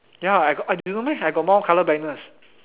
ya I got I do you know I got mild color blindness